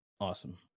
Awesome